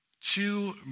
Two